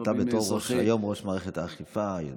אתה בתור ראש מערכת האכיפה היום,